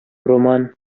роман